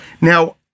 Now